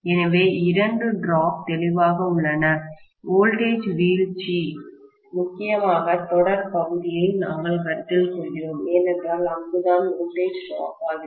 எனவே இரண்டு டிராப்வீழ்ச்சி தெளிவாக உள்ளன வோல்டேஜ் வீழ்ச்சி முக்கியமாக தொடர் பகுதியை நாங்கள் கருத்தில் கொள்கிறோம் ஏனென்றால் அங்குதான் வோல்டேஜ் டிராப் ஆகிறது